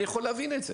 אני יכול להבין את זה.